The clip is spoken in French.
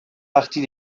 partie